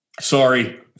Sorry